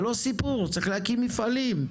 זה לא סיפור, צריך להקים מפעלים,